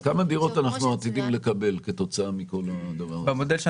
כמה דירות רציתם לקבל כתוצאה מכל זה?